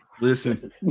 Listen